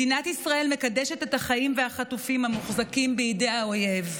מדינת ישראל מקדשת את החיים והחטופים המוחזקים בידי האויב.